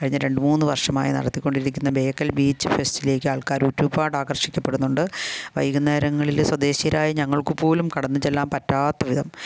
കഴിഞ്ഞ രണ്ട് മൂന്ന് വർഷമായി നടത്തിക്കൊണ്ടിരിക്കുന്ന ബേക്കൽ ബീച്ച് ഫെസ്റ്റിലേക്ക് ആൾക്കാർ ഒരുപാട് ആകർഷിക്കപ്പെടുന്നുണ്ട് വൈകുന്നേരങ്ങളിൽ സ്വദേശീയരായ ഞങ്ങൾക്ക് പോലും കടന്ന് ചെല്ലാൻ പറ്റാത്ത വിധം